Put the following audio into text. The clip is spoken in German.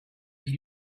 die